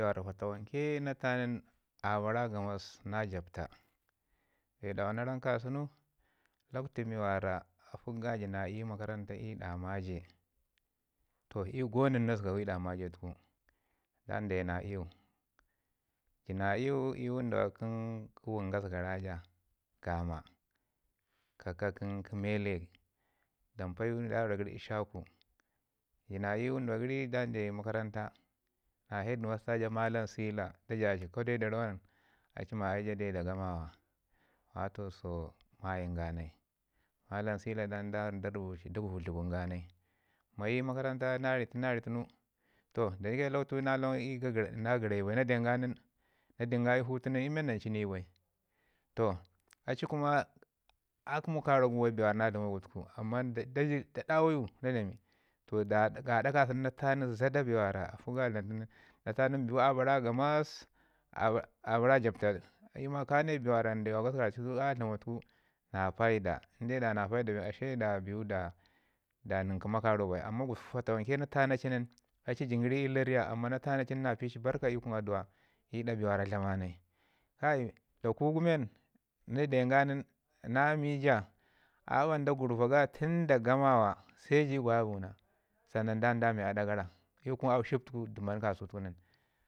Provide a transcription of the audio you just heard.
Bee mi wara fatawanke na tanunin a bara gamas na japta. Bee dawa na ram kasənu lakwtu mi afəkga ji na iyu i makaranta i maje toh iyu ko nən na zəgau i ɗa maje tuku. Dan dayi na iyu, ji na iyu i wunduwagən kə wən gasgara ja gama kaka kə mele dam bayu da daura gəri Ishaku. Ji na iyu winduwa gəri dan dayi makaranta na head master ja Malam Sila da jayi ja ko deu da rawan a ci ma ai ja deu da Gamawa ma toh sotai mayim ganai. Malam Sila rubuci dləgun ganai, mayi makaranta na ri tunu na ri tunu da shi ke lakwtu na lawan gu ina garayu ba na den ga i hutunin iyu men nan cu ni bai. Toh aci kuma a kəmu karak gu bai bee na dlaman tuku amman d- da dawayu na dlami, gada kasən na tənu bee zəda mi afək ga dlamən na tanunin a bara gamas a bara jəbta i ma ka ne bee mi ndiwa gasga raucin a dlamau na paida na pai da bin da nən kəma karau bai amman fata wanke na tana cin a ci jin gəri i lariya amman na tana cin na pili barka i kun adu'a i ɗa bee mi dlama nai. Kai dagu men na den ga nin na mii ja a ɓandaa garva ga tun da gamawa se ju i gaya buna san nin sei da me aɗa gara i kun aau shiptuku dəman ka suntunu,